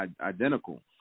identical